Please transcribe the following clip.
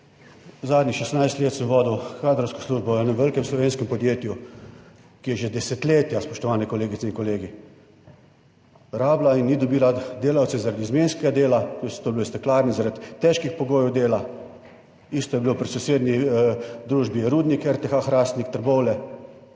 zadnjih 16 let sem vodil kadrovsko službo v enem velikem slovenskem podjetju, ki je že desetletja, spoštovane kolegice in kolegi, rabila in ni dobila delavce zaradi izmenskega dela, to je bilo v steklarni, zaradi težkih pogojev dela, isto je bilo pri sosednji družbi Rudnik RTH Hrastnik Trbovlje.